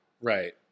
Right